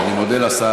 אני מודה לשר.